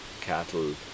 cattle